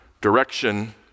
direction